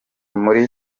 muri